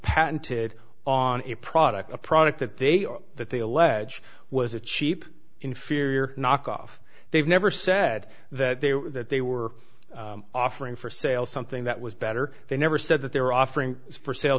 patented on a product a product that they or that they allege was a cheap inferior knockoff they've never said that they were that they were offering for sale something that was better they never said that they were offering for sale